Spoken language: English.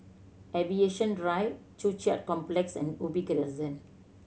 Aviation Drive Joo Chiat Complex and Ubi Crescent